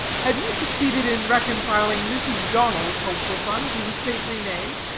have you succeeded in reconciling mrs. donnell's hopeful son to his saintly name?